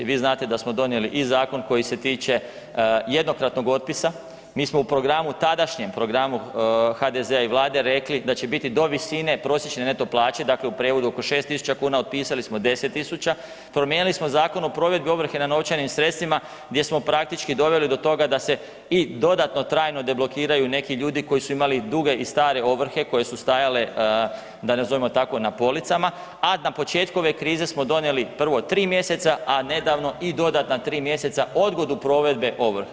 Vi znate da smo donijeli i zakon koji se tiče jednokratnog otpisa, mi smo u programu, tadašnjem programu HDZ-a i vlade rekli da će biti do visine prosječne neto plaće, dakle u prijevodu oko 6000 kuna, otpisali smo 10 000, promijenili smo Zakon o provedbi ovrhe na novčanim sredstvima gdje smo praktički doveli do toga da se i dodatno trajno deblokiraju neki ljude koji su imali duge i stare ovrhe koje su stajale da nazovimo tako na policama, a na početku ove krize smo donijeli prvo 3 mjeseca, a nedavno i dodatna 3 mjeseca odgodu provedbe ovrha.